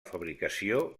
fabricació